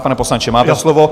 Pane poslanče, máte slovo.